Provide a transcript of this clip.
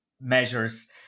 measures